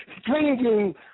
stringing